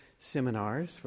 seminars